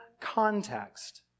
context